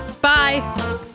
Bye